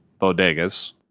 bodegas